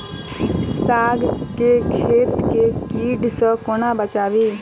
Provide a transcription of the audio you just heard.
साग केँ खेत केँ कीट सऽ कोना बचाबी?